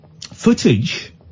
Footage